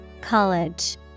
College